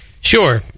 sure